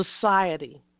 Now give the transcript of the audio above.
society